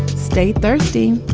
stay thirsty